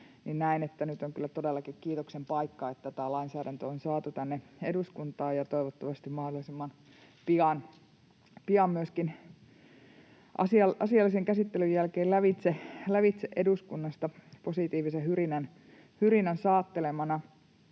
kyllä todellakin kiitoksen paikka, että tämä lainsäädäntö on saatu tänne eduskuntaan ja toivottavasti mahdollisimman pian myöskin asiallisen käsittelyn jälkeen lävitse eduskunnasta positiivisen hyrinän saattelemana.